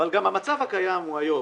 אבל גם המצב הקיים הוא היום